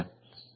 ठीक है